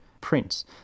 prints